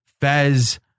Fez